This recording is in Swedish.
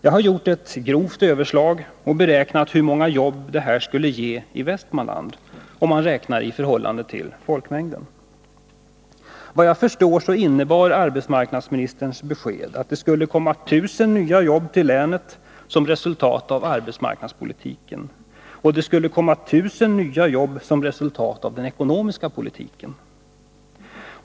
Jag har gjort ett grovt överslag och beräknat hur många jobb det här skulle ge i Västmanland om man räknar i förhållande till folkmängden. Vad jag förstår innebär arbetsmarknadsministerns besked att det skulle bli 1000 nya jobbi länet som resultat av arbetsmarknadspolitiken, och det skulle bli 1 000 nya jobb som resultat av den ekonomiska politiken.